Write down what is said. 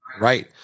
Right